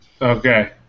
Okay